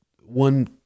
one